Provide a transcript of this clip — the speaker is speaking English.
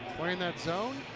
playing that zone,